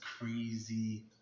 crazy